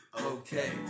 okay